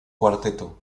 cuarteto